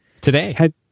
Today